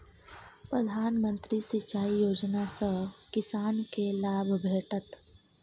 प्रधानमंत्री सिंचाई योजना सँ किसानकेँ लाभ भेटत